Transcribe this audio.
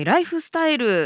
Lifestyle